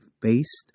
based